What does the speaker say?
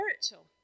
spiritual